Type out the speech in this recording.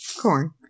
Corn